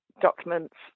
documents